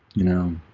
you know,